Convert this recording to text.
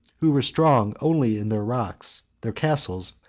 who were strong only in their rocks, their castles,